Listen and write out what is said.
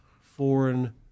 foreign